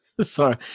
Sorry